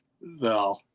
No